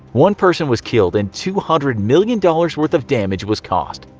one person was killed and two hundred million dollars' worth of damage was caused.